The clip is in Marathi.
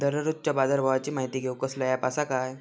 दररोजच्या बाजारभावाची माहिती घेऊक कसलो अँप आसा काय?